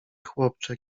chłopcze